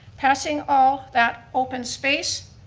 passing all that open space,